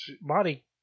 body